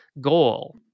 goal